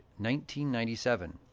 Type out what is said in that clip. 1997